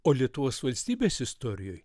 o lietuvos valstybės istorijoj